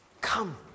Come